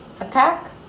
attack